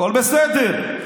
הכול בסדר.